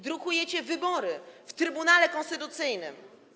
Drukujecie wybory w Trybunale Konstytucyjnym.